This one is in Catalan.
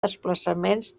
desplaçaments